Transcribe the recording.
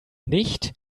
nicht